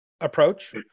approach